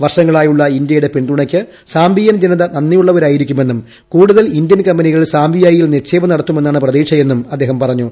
വർഷങ്ങളായുളള ഇന്ത്യയുടെ പിന്തുണയ്ക്ക് സാംബിയൻ ജനത നന്ദിയുളളവരായിരിക്കുമെന്നും കൂടുതൽ ഇന്ത്യൻ കമ്പനികൾ സാംബിയയിൽ നിക്ഷേപം നടത്തുമെന്നാണ് പ്രതീക്ഷയെന്നും അദ്ദേഹം പറഞ്ഞു